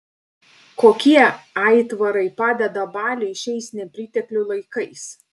kokie aitvarai padeda baliui šiais nepriteklių laikais